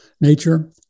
nature